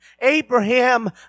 Abraham